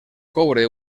coure